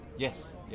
Yes